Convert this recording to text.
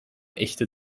echte